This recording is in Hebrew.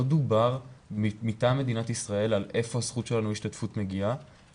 לא דובר מטעם מדינת ישראל על איפה הזכות שלנו להשתתפות מגיעה,